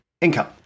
income